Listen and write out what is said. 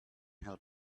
help